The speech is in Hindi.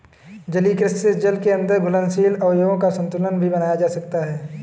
जलीय कृषि से जल के अंदर घुलनशील अवयवों का संतुलन भी बनाया जा सकता है